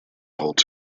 holds